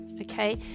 okay